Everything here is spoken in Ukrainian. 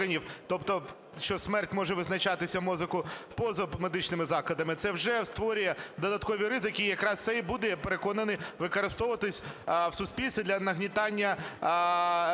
тобто, що смерть може визначатися мозку поза медичними закладами, це вже створює додаткові ризики, і якраз це і буде, переконаний, використовуватись в суспільстві для нагнітання